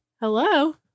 Hello